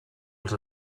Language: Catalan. els